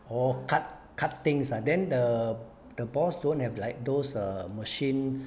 orh cut cut things ah then the the boss don't have like those err machine